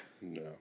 no